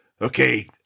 okay